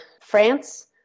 France